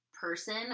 person